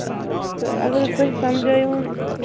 اگر تُہۍ سمجٲے وُن